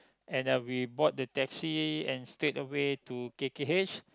and we brought the taxi and straight away to k_k_h